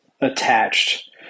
attached